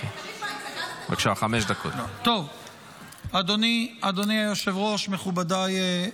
גלעד, פעם אחת אתה תדבר חמש דקות, זה יהווה תקדים.